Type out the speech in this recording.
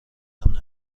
نکردی